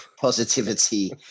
positivity